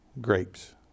grapes